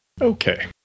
Okay